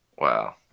Wow